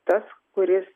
tas kuris